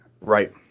Right